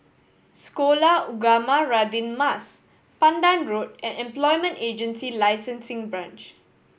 Sekolah Ugama Radin Mas Pandan Road and Employment Agency Licensing Branch